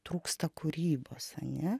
trūksta kūrybos ane